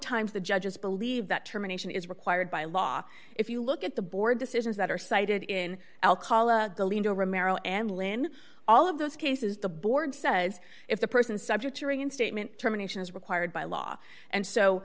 times the judges believe that termination is required by law if you look at the board decisions that are cited in and lynn all of those cases the board says if the person is subject to ring in statement terminations required by law and so